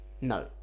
No